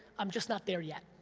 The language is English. i'm just not there yet.